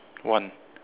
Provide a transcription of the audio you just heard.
one